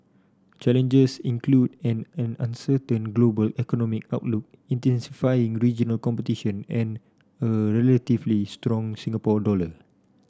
challenges include an an uncertain global economic outlook intensifying regional competition and a relatively strong Singapore dollar